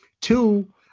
Two